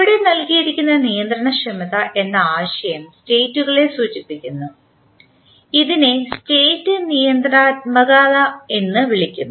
ഇപ്പോൾ ഇവിടെ നൽകിയിരിക്കുന്ന നിയന്ത്രണക്ഷമത എന്ന ആശയം സ്റ്റേറ്റുകളെ സൂചിപ്പിക്കുന്നു ഇതിനെ സ്റ്റേറ്റ് നിയന്ത്രണാത്മകത എന്ന് വിളിക്കുന്നു